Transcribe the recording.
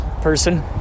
person